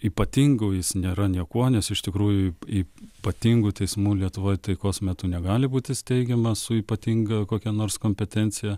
ypatingu jis nėra niekuo nes iš tikrųjų ypatingų teismų lietuvoj taikos metu negali būti steigiama su ypatinga kokia nors kompetencija